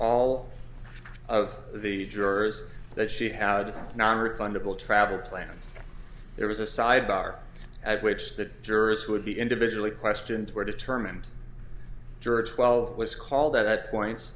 all of the jurors that she had nonrefundable travel plans there was a sidebar at which the jurors would be individually questions were determined juror twelve was called that point